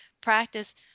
practice